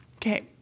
Okay